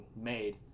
made